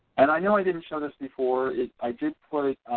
and i know i didn't show this before it i did put